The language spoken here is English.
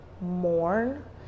mourn